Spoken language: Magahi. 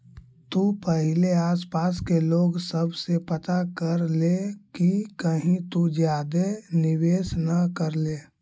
तु पहिले आसपास के लोग सब से पता कर ले कि कहीं तु ज्यादे निवेश न कर ले